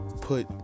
put